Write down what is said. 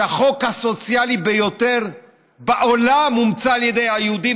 שהחוק הסוציאלי ביותר בעולם הומצא על ידי יהודי.